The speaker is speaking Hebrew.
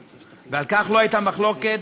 על כך לא הייתה מחלוקת